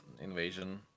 invasion